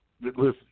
listen